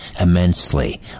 immensely